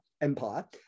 Empire